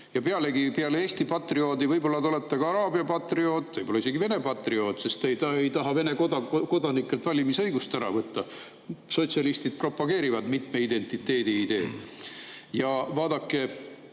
Pealegi peale Eesti patrioodi te olete ka araabia patrioot, võib-olla isegi Vene patrioot, sest ta ei taha Vene kodanikelt valimisõigust ära võtta – sotsialistid propageerivad mitme identiteedi ideed. Ja vaadake,